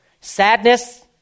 Sadness